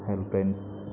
helpline